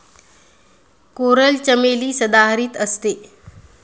coral चमेली सदाहरित असते